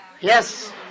Yes